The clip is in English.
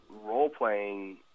role-playing